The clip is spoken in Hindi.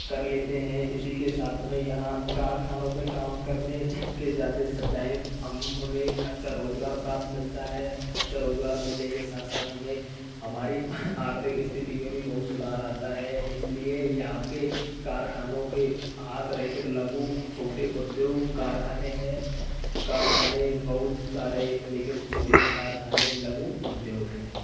कर लेते हैं इसी के साथ में यहाँ कारखानों पे काम करने के जाते टाइम हम उन्हें अच्छा रोजगार प्राप्त मिलता है अच्छा रोजगार मिलने के साथ साथ हमें हमारी आर्थिक स्थिति में भी बहुत सुधार आता है इसलिए यहाँ के कारखानों के हाथ रहते लघु छोटे उद्योग कारखानें हैं कारखानें बहुत सारे लेकिन छोटे कारखानें लघु उद्योग हैं